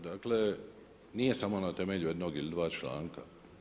Dakle nije samo na temelju jednog ili dva članka.